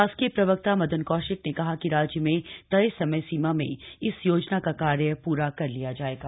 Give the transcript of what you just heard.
शासकीय प्रवक्ता मदन कौशिक ने कहा कि राज्य में तय समय सीमा में इस योजना का कार्य पुरा कर लिया जाएगा